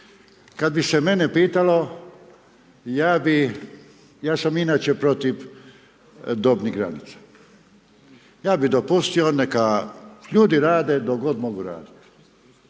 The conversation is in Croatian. Kada bi se mene pitalo ja bih, ja sam inače protiv dobnih granica, ja bih dopustio neka ljudi rade dok god mogu raditi.